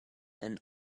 and